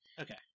Okay